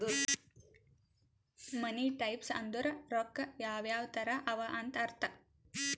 ಮನಿ types ಅಂದುರ್ ರೊಕ್ಕಾ ಯಾವ್ ಯಾವ್ ತರ ಅವ ಅಂತ್ ಅರ್ಥ